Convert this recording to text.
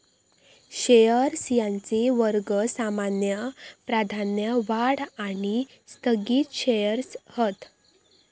shares यांचे वर्ग सामान्य, प्राधान्य, वाढ आणि स्थगित शेअर्स हत